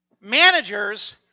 Managers